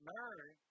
Mary